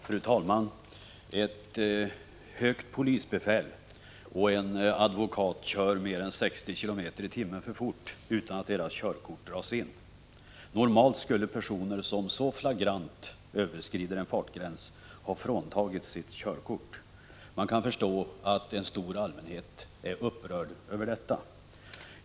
Fru talman! Ett högt polisbefäl och en advokat kör mer än 60 km i timmen för fort utan att deras körkort dras in. Normalt skulle personer som så flagrant överskridit en fartgräns ha fråntagits sitt körkort. Man kan förstå att en stor allmänhet är upprörd över detta.